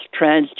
transgender